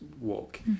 walk